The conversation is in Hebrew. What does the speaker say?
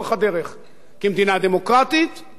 כמדינה דמוקרטית וכמדינה יהודית,